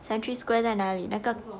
century square 在哪里那个